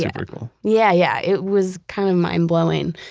yeah cool yeah yeah it was kind of mind-blowing.